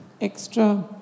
extra